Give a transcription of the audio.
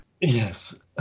Yes